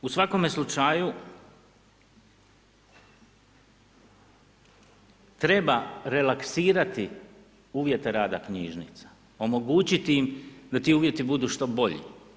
U svakome slučaju, treba relaksirati uvjete rada knjižnica, omogućiti im da ti uvjeti budu što bolji.